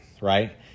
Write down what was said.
right